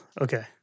Okay